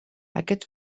aquest